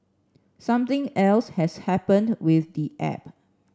something else has happened with the app